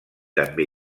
també